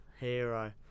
hero